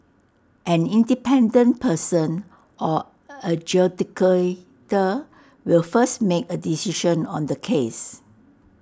an independent person or adjudicator will first make A decision on the case